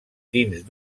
dins